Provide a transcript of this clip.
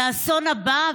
לאסון הבא?